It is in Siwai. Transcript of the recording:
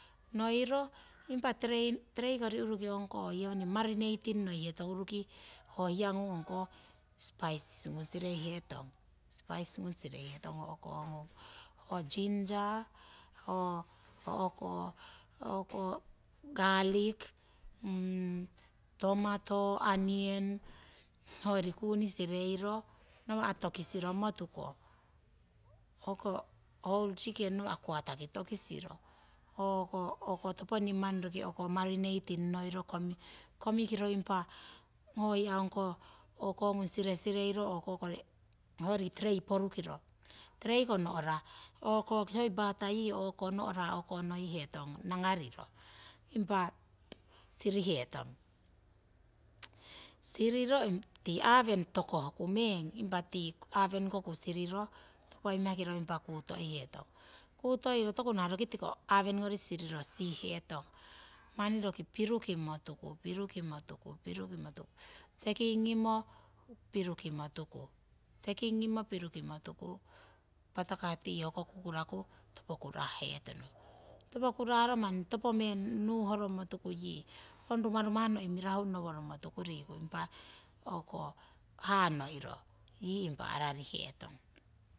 Noiro impa terei kori uruki marineiting noihetong, uruki ongkoh hiyangung spicies gung sireihetong ho ginger, garlic tamato, aniyana hoyori kuni sireiyo. Nawa' tokisiro motuko hoko whole chicken nawa' quarter kori tokisiro toponing marineiting noiro komikiro impa ho hiya ongkoh ngung siresireiro hoyori trei. porukiro treiko no'ra o'ko oiri pata no'ra nangariro impa sirihetong. Siriro tii aweni tokohku meng impa tii awenin ngori siriro topo imakiro kutoihetong kutoiro tokunah roki tiko aweningori siriro sihihetong manni roki pirukimotuku pirukimotuku patakah tii ho kukuraku topo kurah hetono, topo kurahro manni. topomeng yii nuhoromo tuku rumaruma' mirahu noworomo tuku impa hanoiro yii impa ararihetong